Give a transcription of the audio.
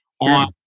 on